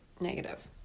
negative